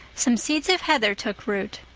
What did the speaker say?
some seeds of heather took root.